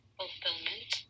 fulfillment